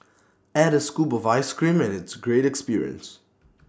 add A scoop of Ice Cream and it's A great experience